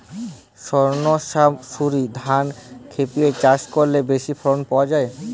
সর্ণমাসুরি ধান খরিপে চাষ করলে বেশি ফলন পাওয়া যায়?